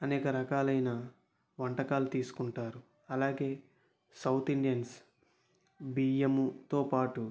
అనేక రకాలైన వంటకాలు తీసుకుంటారు అలాగే సౌత్ ఇండియన్స్ బియ్యంతో పాటు